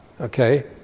okay